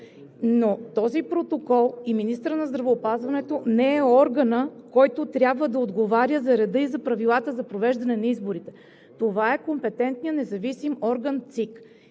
но този протокол и министърът на здравеопазването не е органът, който трябва да отговаря за реда и за правилата за провеждане на изборите. Това е компетентният независим орган –